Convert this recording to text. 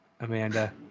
Amanda